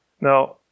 Now